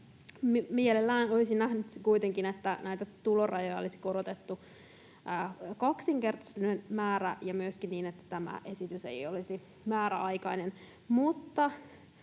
Mielelläni olisin kuitenkin nähnyt, että näitä tulorajoja olisi korotettu kaksinkertainen määrä ja myöskin niin, että tämä esitys ei olisi määräaikainen.